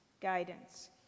guidance